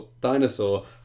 dinosaur